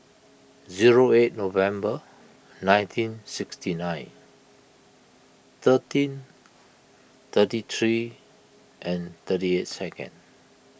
zero eight November nineteen sixty nine thirteen thirty three thirty eight second